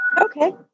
Okay